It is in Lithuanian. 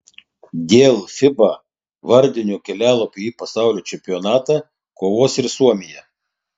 dėl fiba vardinio kelialapio į pasaulio čempionatą kovos ir suomija